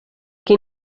qui